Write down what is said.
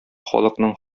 халыкның